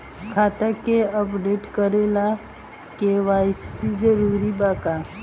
खाता के अपडेट करे ला के.वाइ.सी जरूरी बा का?